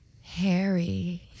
Harry